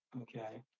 okay